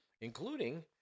including